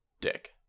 Dick